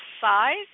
size